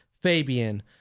Fabian